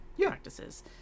practices